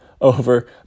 over